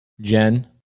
Jen